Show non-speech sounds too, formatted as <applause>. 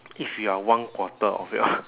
if you are one quarter of your <noise>